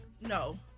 No